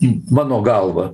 į mano galvą